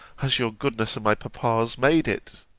has your goodness, and my papa's, made it!